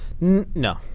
No